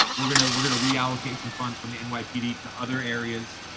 we're going to, we're going to reallocate some funds from the and nypd to other areas.